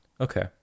Okay